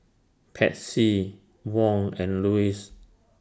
Patsy Wong and Lewis